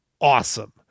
awesome